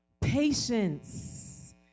Patience